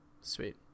Sweet